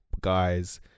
guys